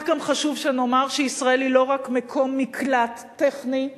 גם חשוב שנאמר שישראל היא לא רק מקום מקלט טכני,